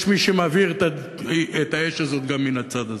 יש מי שמבעיר את האש הזאת גם מן הצד הזה.